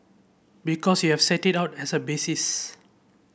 because you have set it out as a basis